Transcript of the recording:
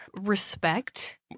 Respect